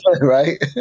right